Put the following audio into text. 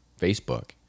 Facebook